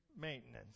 maintenance